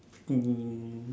hmm